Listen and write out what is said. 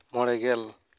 ᱢᱚᱬᱮ ᱜᱮᱞ